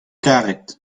karet